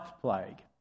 plague